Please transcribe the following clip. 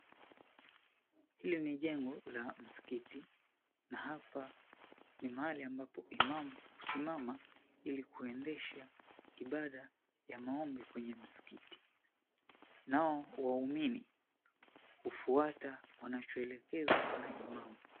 Hili ni jengo la msikiti na hapa ni mahali ambapo imam husimama ili kuendesha ibada ya maombi kwenye msikiti, nao waumini hufuata wanachoelekezwa na imam.